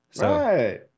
Right